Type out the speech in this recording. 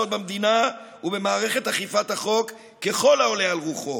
במדינה ובמערכת אכיפת החוק ככל העולה על רוחו.